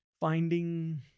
finding